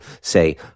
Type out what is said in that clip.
say